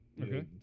Okay